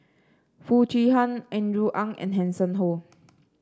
Foo Chee Han Andrew Ang and Hanson Ho